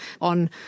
on